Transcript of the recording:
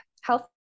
health